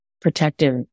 protective